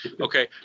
Okay